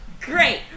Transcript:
Great